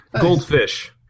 Goldfish